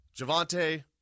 Javante